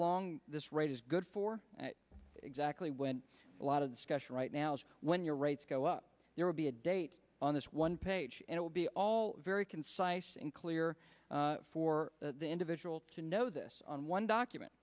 long this rate is good for exactly when a lot of discussion right now is when your rates go up there will be a date on this one page and will be all very concise and clear for the individual to know this on one document